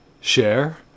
share